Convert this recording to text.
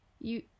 You